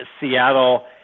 Seattle